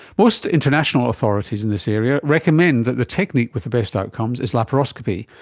most international authorities in this area recommend that the technique with the best outcomes is laparoscopy,